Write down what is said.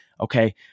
okay